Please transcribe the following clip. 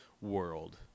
world